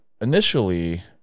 initially